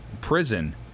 prison